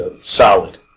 solid